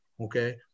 okay